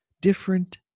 different